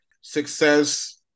success